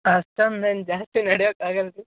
ಅಷ್ಟೊಂದೇನು ಜಾಸ್ತಿ ನಡೆಯೋಕ್ ಆಗೋಲ್ಲ ರೀ